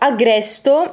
Agresto